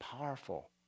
powerful